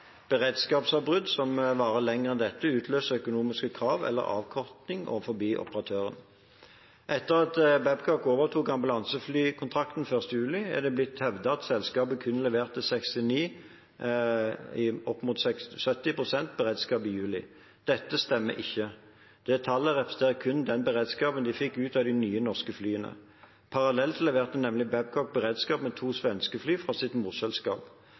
Beredskapsavbrudd som varer lenger enn dette, utløser økonomiske krav eller avkorting overfor operatøren. Etter at Babcock overtok ambulanseflykontrakten 1. juli, er det blitt hevdet at selskapet kun leverte opp mot 70 pst. beredskap i juli. Dette stemmer ikke. Det tallet representerer kun den beredskapen de fikk ut av de nye norske flyene. Parallelt leverte nemlig Babcock beredskap med to svenske fly fra sitt